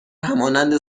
همانند